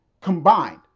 combined